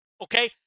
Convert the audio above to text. Okay